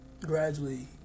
gradually